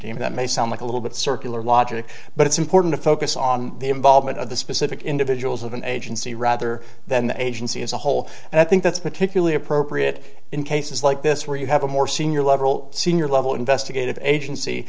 team that may sound like a little bit circular logic but it's important to focus on the involvement of the specific individuals of an agency rather than the agency as a whole and i think that's particularly appropriate in cases like this where you have a more senior level senior level investigative agency